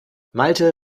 malte